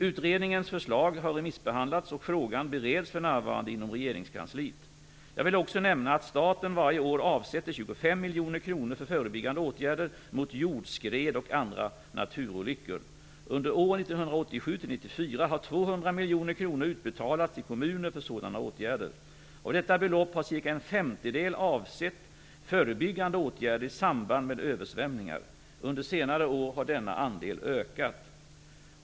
Utredningens förslag har remissbehandlats och frågan bereds för närvarande inom regeringskansliet. Jag vill också nämna att staten varje år avsätter 25 har 200 miljoner kronor utbetalats till kommuner för sådana åtgärder. Av detta belopp har cirka en femtedel avsett förebyggande åtgärder i samband med översvämningar. Under senare år har denna andel ökat.